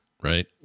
Right